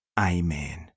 Amen